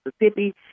Mississippi